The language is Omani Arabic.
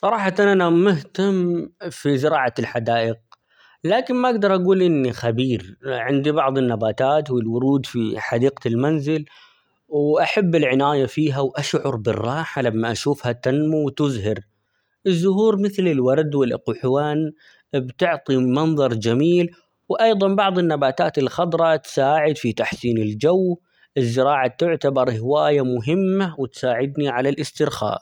صراحةً أنا مهتم في زراعة الحدائق ، لكن ما أقدر أقول إني خبير عندي بعض النباتات ،والورود في حديقة المنزل، وأحب العناية فيها وأشعر بالراحة لما أشوفها تنمو وتزهر ،الزهور مثل الورد والإقحوان بتعطي منظر جميل، وأيضًا بعض النباتات الخضرا تساعد في تحسين الجو ،الزراعة تعتبر هواية مهمة ،وتساعدني على الاسترخاء.